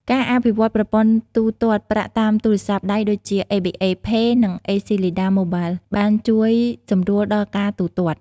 ការអភិវឌ្ឍប្រព័ន្ធទូទាត់ប្រាក់តាមទូរស័ព្ទដៃដូចជា ABA Pay និង អេស៊ីលីដា Acleda Mobile បានជួយសម្រួលដល់ការទូទាត់។